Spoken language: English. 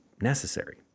necessary